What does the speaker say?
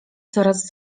coraz